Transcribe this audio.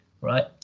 right